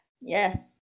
Yes